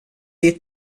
dit